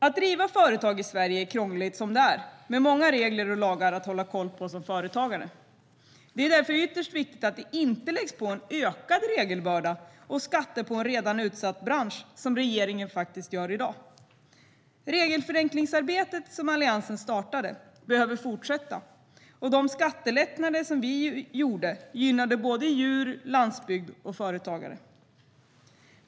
Att driva företag i Sverige är krångligt som det är nu, med många regler och lagar att hålla kolla på som företagare. Det är därför ytterst viktigt att inte lägga på en ökad regelbörda och skatter på en redan utsatt bransch, som regeringen faktiskt gör i dag. Det regelförenklingsarbete som Alliansen startade behöver fortsätta, och de skattelättnader vi gjorde gynnade såväl djur som landsbygd och företagare.